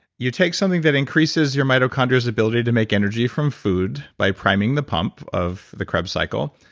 you take something that increases your mitochondria's ability to make energy from food by priming the pump of the krebs cycle,